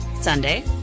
Sunday